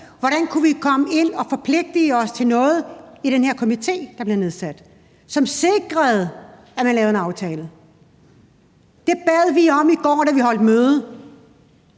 hvordan vi kunne komme ind og forpligte os til noget i den her komité, der bliver nedsat, som sikrer, at man laver en aftale? Det bad Dansk Folkeparti om i går, da vi holdt møde,